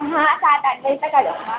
हाँ सात आठ बजे तक आ जाऊंगा